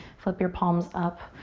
flip your palms up.